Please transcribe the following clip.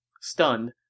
Stunned